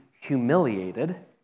humiliated